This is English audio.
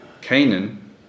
Canaan